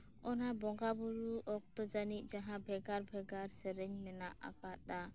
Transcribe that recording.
ᱚᱱᱟ ᱵᱚᱸᱜᱟ ᱵᱩᱨᱩ ᱚᱠᱛᱚ ᱡᱟᱹᱡᱤᱡ ᱡᱟᱦᱟᱸ ᱵᱷᱮᱜᱟᱨ ᱵᱷᱮᱜᱟᱨ ᱥᱮᱨᱮᱧ ᱢᱮᱱᱟᱜ ᱟᱠᱟᱫᱟ